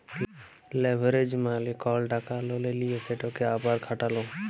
leverage মালে কল টাকা ললে লিঁয়ে সেটকে আবার খাটালো